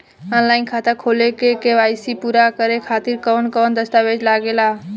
Online खाता खोले में के.वाइ.सी पूरा करे खातिर कवन कवन दस्तावेज लागे ला?